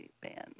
bands